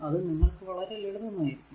അത് നിങ്ങൾക്കു വളരെ ലളിതം ആയിരിക്കും